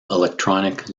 electronic